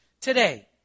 today